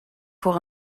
voor